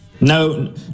No